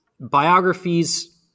Biographies